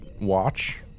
watch